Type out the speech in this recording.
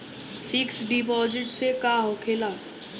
Fix deposit से का होखे ला?